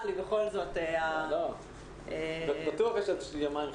יש בוודאות עוד יומיים חסד.